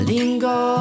Lingo